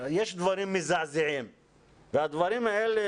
יש דברים מזעזעים והדברים האלה,